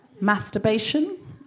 Masturbation